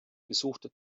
besuchte